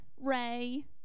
Ray